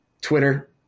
Twitter